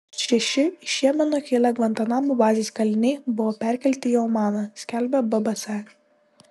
šeši iš jemeno kilę gvantanamo bazės kaliniai buvo perkelti į omaną skelbia bbc